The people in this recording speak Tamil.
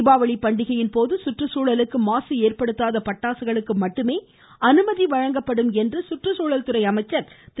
தீபாவளி பண்டிகையின்போது சுற்றுச்சூழலுக்கு மாசு ஏற்படுத்தாத பட்டாசுகளுக்கு மட்டுமே அனுமதி வழங்கப்படும் என்று மாநில சுற்றுச்சூழல் துறை அமைச்சர் திரு